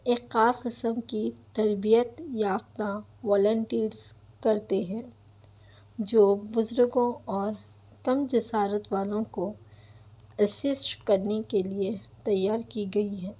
ایک خاص قسم کی تربیت یافتہ والینٹیز کرتے ہیں جو بزرگوں اور کم جسارت والوں کو اسسٹ کرنے کے لئے تیار کی گئی ہے